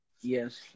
Yes